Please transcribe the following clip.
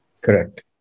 Correct